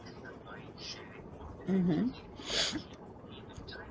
mmhmm